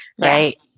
right